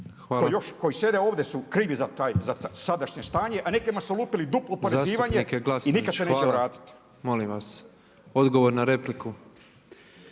koji sjede ovdje su krivi za to, sadašnje stanje a nekima su lupili duplo oporezivanje i nikada se neće vratiti. …/Upadica predsjednik: